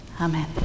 amen